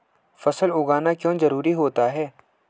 फसल उगाना क्यों जरूरी होता है?